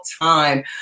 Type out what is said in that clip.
time